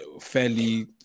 fairly